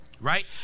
right